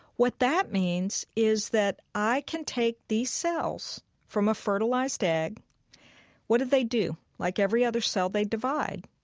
what that means is that i can take these cells from a fertilized egg what do they do? like every other cell, they divide.